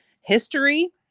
history